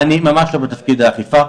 אני ממש לא בתפקיד האכיפה.